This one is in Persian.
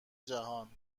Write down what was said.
جهان